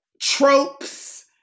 tropes